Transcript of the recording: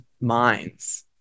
minds